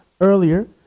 earlier